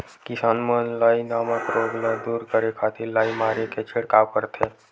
किसान मन लाई नामक रोग ल दूर करे खातिर लाई मारे के छिड़काव करथे